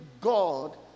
God